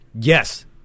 Yes